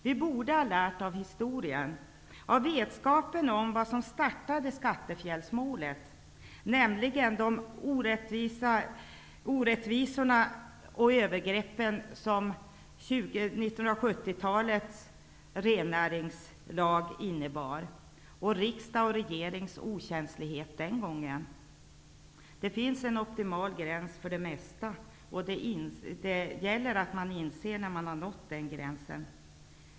Vi borde ha lärt av historien och av vetskaperna om vad som startade skattefjällsmålet, nämligen de orättvisor och övergrepp som 1970-talets rennäringslag innebar samt riksdagens och regeringens okänslighet. Det finns en optimal gräns för det mesta, och det gäller att inse när den gränsen är nådd.